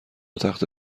تخته